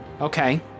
Okay